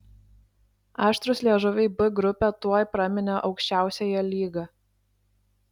aštrūs liežuviai b grupę tuoj praminė aukščiausiąja lyga